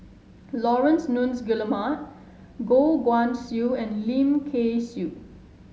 Laurence Nunns Guillemard Goh Guan Siew and Lim Kay Siu